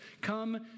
come